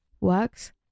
works